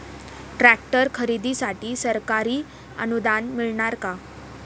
Tractor खरेदीसाठी सरकारी अनुदान मिळणार का?